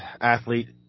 athlete